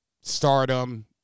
Stardom